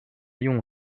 用法